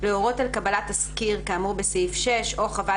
להורות על קבלת תסקיר כאמור בסעיף 6 או חוות